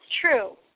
true